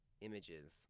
images